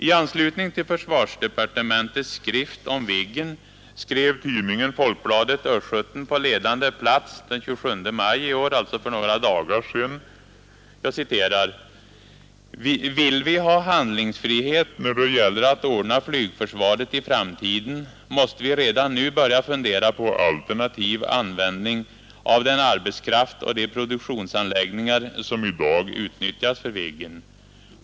I anslutning till försvarsdepartementets skrift om Viggen skrev tidningen Folkbladet Östgöten på ledande plats den 27 maj i år, alltså för ett par dagar sedan: "Vill vi ha handlingsfrihet när det gäller att ordna flygförsvaret i framtiden måste vi redan nu börja fundera på alternativ användning av den arbetskraft och de produktionsanläggningar som i dag utnyttjas för Viggen.